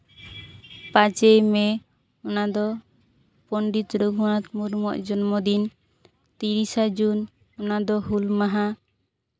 ᱯᱟᱸᱪᱮᱭ ᱢᱮ ᱚᱱᱟ ᱫᱚ ᱯᱚᱸᱰᱤᱛ ᱨᱚᱜᱷᱩᱱᱟᱛᱷ ᱢᱩᱨᱢᱩᱣᱟᱜ ᱡᱚᱱᱢᱚ ᱫᱤᱱ ᱛᱤᱨᱤᱥᱟ ᱡᱩᱱ ᱚᱱᱟ ᱫᱚ ᱦᱩᱞ ᱢᱟᱦᱟ